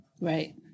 right